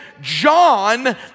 John